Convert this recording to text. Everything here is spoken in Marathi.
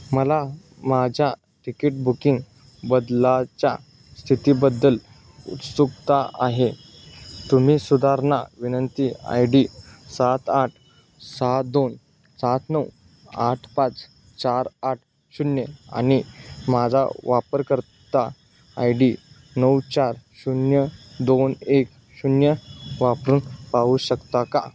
मला माझ्या तिकीट बुकिंग बदलाच्या स्थितीबद्दल उत्सुकता आहे तुम्ही सुधारणा विनंती आय डी सात आठ सहा दोन सात नऊ आठ पाच चार आठ शून्य आणि माझा वापरकर्ता आय डी नऊ चार शून्य दोन एक शून्य वापरून पाहू शकता का